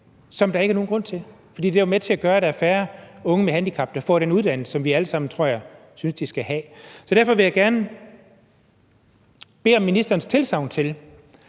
som der ikke er nogen grund til. For det er jo med til at gøre, at der er færre unge med handicap, der får den uddannelse, som jeg tror vi alle sammen synes de skal have. Så derfor vil jeg gerne bede om ministerens tilsagn til,